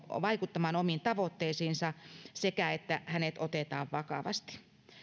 vaikuttamaan omiin tavoitteisiinsa sekä se että hänet otetaan vakavasti